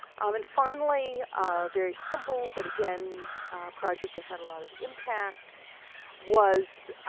um and finally a very simple but again project that had a lot of impact was